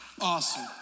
Awesome